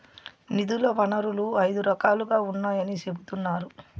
నిధుల వనరులు ఐదు రకాలుగా ఉన్నాయని చెబుతున్నారు